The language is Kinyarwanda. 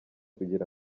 kugira